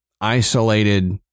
isolated